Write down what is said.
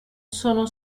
sono